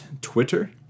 Twitter